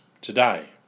today